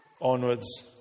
onwards